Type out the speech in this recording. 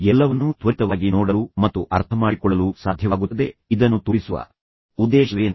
ಎಲ್ಲವನ್ನೂ ತ್ವರಿತವಾಗಿ ನೋಡಲು ಮತ್ತು ಅರ್ಥಮಾಡಿಕೊಳ್ಳಲು ಸಾಧ್ಯವಾಗುತ್ತದೆ ಇದನ್ನು ತೋರಿಸುವ ಉದ್ದೇಶವೇನು